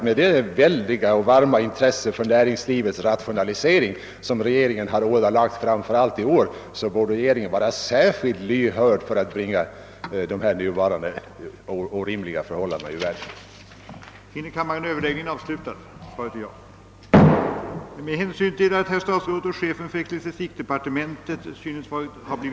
Med det väldiga, varma intresse för näringslivets rationalisering som regeringen har ådagalagt, framför allt i år, borde den emellertid vara särskilt lyhörd när det gäller att bringa nuvarande orimliga förhållanden ur världen. Herr andre vice talmannen meddelade att de svar, som chefen för ecklesiastikdepartementet, herr statsrådet Palme, enligt föredragningslistan nu skulle lämna på frågor av fru Heurlin och herr Nordstrandh, komme att — på grund av att statsrådet Palme syntes ha blivit förhindrad att närvara — lämnas vid ett senare tillfälle.